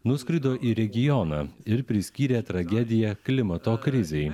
nuskrido į regioną ir priskyrė tragediją klimato krizei